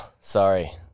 Sorry